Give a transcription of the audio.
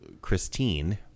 Christine